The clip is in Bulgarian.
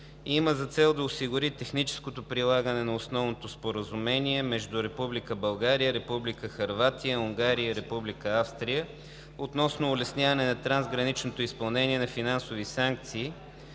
има за цел да осигури техническото прилагане на Основното споразумение между Република България, Република Хърватия, Унгария и Република Австрия относно улесняване на трансграничното изпълнение на финансови санкции